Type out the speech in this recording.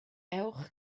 ewch